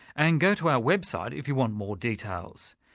and go to our website if you want more details.